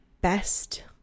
best